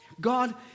God